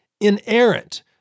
inerrant